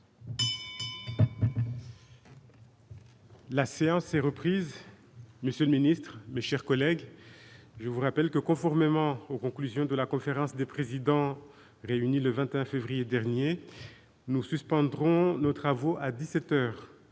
rapport n° 322). Monsieur le secrétaire d'État, mes chers collègues, je vous rappelle que, conformément aux conclusions de la conférence des présidents réunie le 21 février dernier, nous suspendrons nos travaux à dix-sept heures.